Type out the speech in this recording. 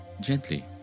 Gently